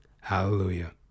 Hallelujah